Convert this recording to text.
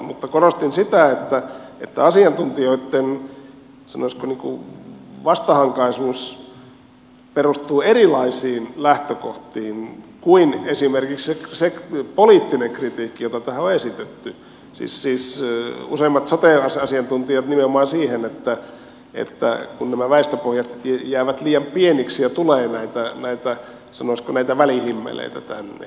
mutta korostin sitä että useimpien sote asiantuntijoitten sanoisiko vastahankaisuus perustuu erilaisiin lähtökohtiin kuin esimerkiksi se poliittinen kritiikki jota on esitetty siihen että nämä väestöpohjat jäävät liian pieniksi ja tulee näitä sanoisiko välihimmeleitä tänne